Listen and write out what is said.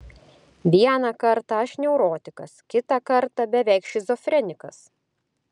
vieną kartą aš neurotikas kitą kartą beveik šizofrenikas